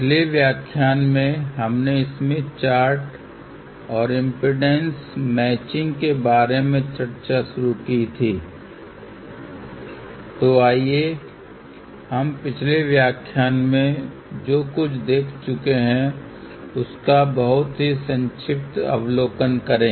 पिछले व्याख्यान में हमने स्मिथ चार्ट और इम्पीडेन्स मैचिंग के बारे में चर्चा शुरू की थी तो आइए हम पिछले व्याख्यान में जो कुछ देख चुके हैं उसका बहुत ही संक्षिप्त अवलोकन करें